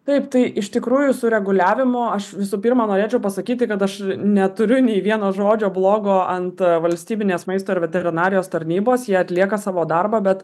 taip tai iš tikrųjų sureguliavimo aš visų pirma norėčiau pasakyti kad aš neturiu nei vieno žodžio blogo ant valstybinės maisto ir veterinarijos tarnybos jie atlieka savo darbą bet